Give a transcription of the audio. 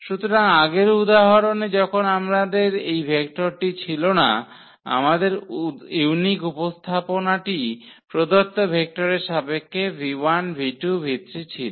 সুতরাং আগের উদাহরণে যখন আমাদের এই ভেক্টরটি ছিল না আমাদের ইউনিক উপস্থাপনাটি প্রদত্ত ভেক্টরের সাপেক্ষে ছিল